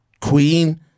queen